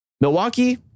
Milwaukee